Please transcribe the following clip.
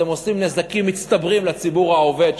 אתם עושים נזקים מצטברים לציבור העובד,